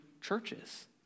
churches